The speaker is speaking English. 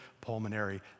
pulmonary